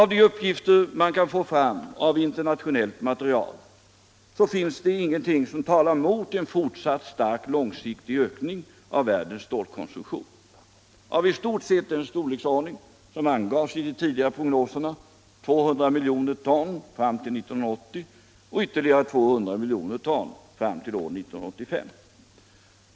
I de uppgifter man kan få fram ur internationellt material finns det inget som talar emot en fortsatt stark långsiktig ökning av världens stålkonsumtion. De talar för en ökning av i stort sett den storleksordning som angavs i de tidigare nämnda prognoserna: 200 miljoner ton fram till 1980 och ytterligare 200 miljoner ton fram till 1985.